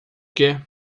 que